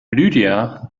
lydia